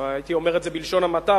הייתי אומר את זה בלשון המעטה.